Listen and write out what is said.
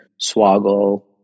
Swaggle